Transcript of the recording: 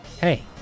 hey